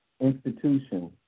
institution